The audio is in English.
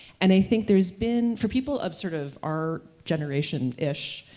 and i think there's been, for people of sort of our generation-ish,